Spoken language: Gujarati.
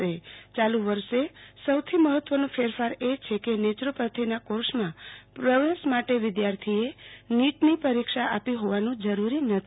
યાલુ વર્ષે સૌથી મહત્વનો ફેરફાર એ છે કે નેચરોપથીના કોર્ષમાં પ્રવેશ માટે વિધાર્થીઓએ નીટની પરીક્ષા આપી હોવાનું જરૂરી નથી